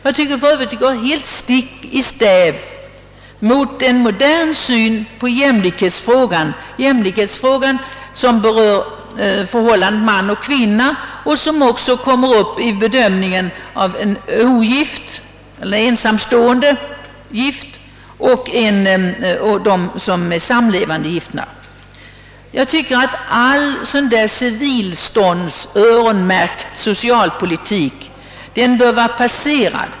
Detta går för övrigt stick i stäv mot en modern syn på jämlikhetsfrågan, den jämlikhetsfråga som berör förhållandet man—kvinna och som också kommer upp vid bedömningen av en ogift, ensamstående gift eller sammanlevande. Jag anser att all sådan här civilståndsmärkt socialpolitik hör en förgången tid till.